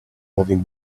moving